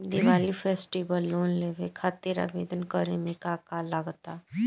Diwali festival loan लेवे खातिर आवेदन करे म का का लगा तऽ?